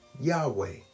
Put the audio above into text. Yahweh